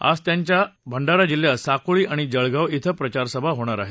आज त्यांच्या भंडारा जिल्ह्यात साकोळी आणि जळगाव इथं प्रचारसभा होणार आहेत